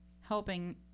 helping